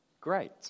great